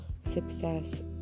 success